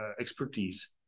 expertise